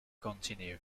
continue